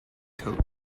coach